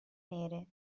nere